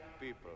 people